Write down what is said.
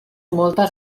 moltes